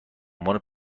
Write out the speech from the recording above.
عنوان